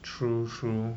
true true